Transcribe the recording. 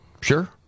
Sure